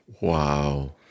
Wow